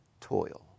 toil